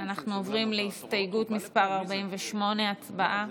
אנחנו עוברים להסתייגות מס' 48. הצבעה.